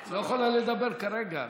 היא לא יכולה לדבר כרגע.